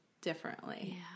differently